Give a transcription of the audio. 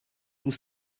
tout